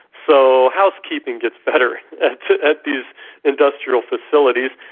so housekeeping gets better at these industrial facilities.